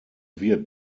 wird